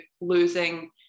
losing